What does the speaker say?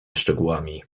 szczegółami